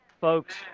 folks